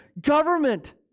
government